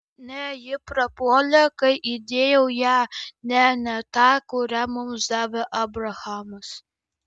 ne ji prapuolė kai įdėjau ją ne ne tą kurią mums davė abrahamas